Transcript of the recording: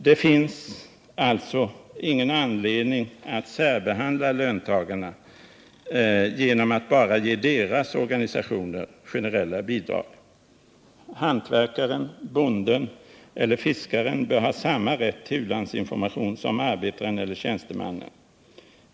Det finns alltså ingen anledning att särbehandla löntagarna genom att bara ge deras organisationer generella bidrag. Hantverkaren, bonden eller fiskaren bör ha samma rätt till u-landsinformation som arbetaren eller tjänstemannen.